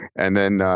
and then